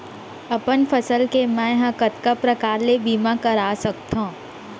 अपन फसल के मै ह कतका प्रकार ले बीमा करा सकथो?